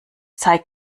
zeige